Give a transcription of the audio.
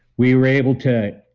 we were able to,